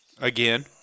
again